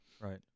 Right